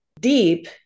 deep